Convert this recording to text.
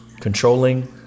controlling